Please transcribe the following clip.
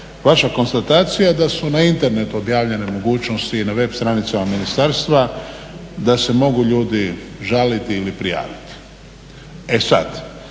vaša konstatacija da su na internetu objavljenje mogućnosti i na web stranicama ministarstva da se mogu ljudi žaliti ili prijaviti. E sad,